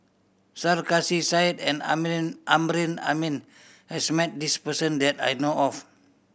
Sarkasi Said and Amrin Amin has met this person that I know of